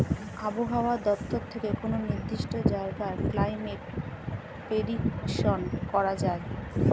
আবহাওয়া দপ্তর থেকে কোনো নির্দিষ্ট জায়গার ক্লাইমেট প্রেডিকশন করা যায়